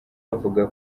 bavuga